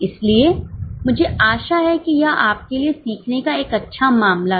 इसलिए मुझे आशा है कि यह आपके लिए सीखने का एक अच्छा मामला था